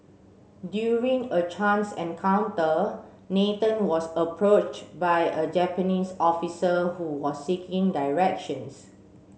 during a chance encounter Nathan was approach by a Japanese officer who was seeking directions